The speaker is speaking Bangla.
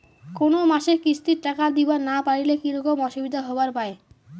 কোনো মাসে কিস্তির টাকা দিবার না পারিলে কি রকম অসুবিধা হবার পায়?